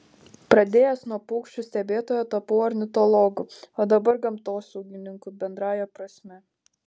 pradėjęs nuo paukščių stebėtojo tapau ornitologu o dabar gamtosaugininku bendrąja prasme